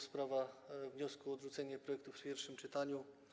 Sprawa wniosku o odrzucenie projektu w pierwszym czytaniu.